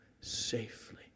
safely